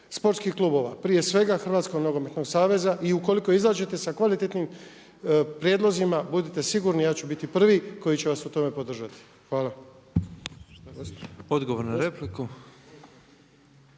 sportskih klubova, prije svega Hrvatskog nogometnog saveza, i ukoliko izađete sa kvalitetnim prijedlozima budite sigurni ja ću biti prvi koji će vas u tome podržati. Hvala. **Petrov, Božo